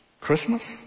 Christmas